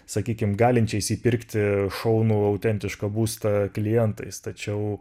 sakykim galinčiais įpirkti šaunų autentišką būstą klientais tačiau